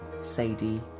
Sadie